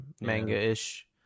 manga-ish